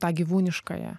tą gyvūniškąją